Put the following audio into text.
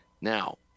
now